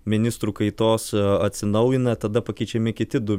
ministrų kaitos atsinaujina tada pakeičiami kiti du